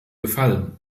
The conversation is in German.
gefallen